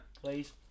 Please